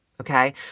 Okay